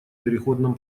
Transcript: переходном